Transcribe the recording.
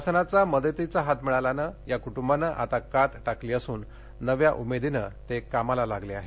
शासनाचा मदतीचा हात मिळाल्यानं या क्टुंबानं आता कात टाकली असून नव्या उमेदीने कामाला लागले आहेत